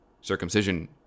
circumcision